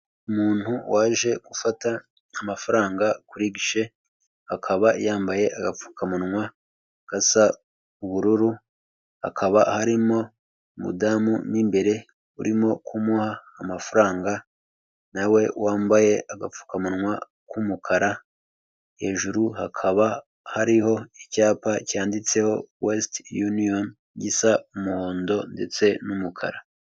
Umuntu waje gufata amafaranga kuri bishe, akaba yambaye agapfukamunwa gasa ubururu, hakaba harimo umudamu mu imbere urimo kumuha amafaranga na we wambaye agapfukamunwa k'umukara, hejuru hakaba hariho icyapa cyanditseho wesite union gisa umuhondo ndetse n'umukara.